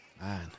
Man